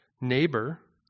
neighbor